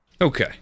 Okay